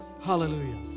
Hallelujah